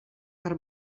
per